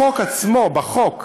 בחוק עצמו, החוק,